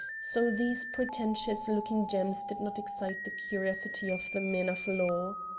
so these pretentious-looking gems did not excite the curiosity of the men of law.